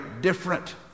different